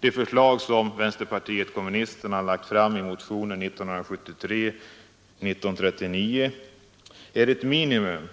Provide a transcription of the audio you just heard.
De förslag som vänsterpartiet kommunisterna har lagt fram i motionen 1973:1639 är ett minimum